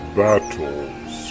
battles